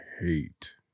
hate